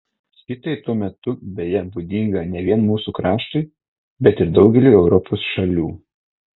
šitai tuo metu beje būdinga ne vien mūsų kraštui bet ir daugeliui europos šalių